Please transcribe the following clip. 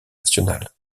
nationale